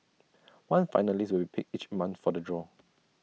one finalist will be picked each month for the draw